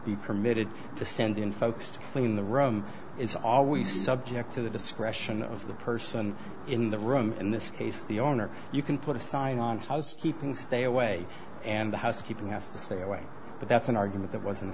be permitted to send in folks to clean the room is always subject to the discretion of the person in the room in this case the owner you can put a sign on housekeeping stay away and the housekeeper has to stay away but that's an argument that was